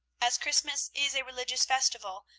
as christmas is a religious festival,